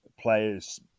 players